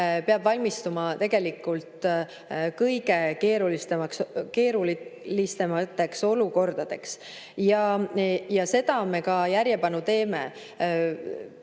peab valmistuma kõige keerulisemateks olukordadeks. Ja seda me ka järjepanu teeme.